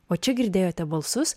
o čia girdėjote balsus